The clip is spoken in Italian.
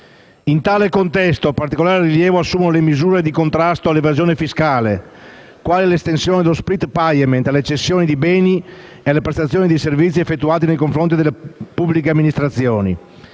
In tale contesto, particolare rilievo assumono le misure volte al contrasto dell'evasione fiscale, quali l'estensione dello *split payment* alle cessioni di beni e alle prestazioni di servizi effettuate nei confronti delle amministrazioni